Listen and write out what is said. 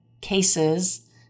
cases